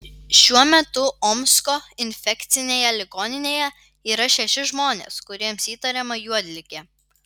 šiuo metu omsko infekcinėje ligoninėje yra šeši žmonės kuriems įtariama juodligė